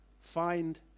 find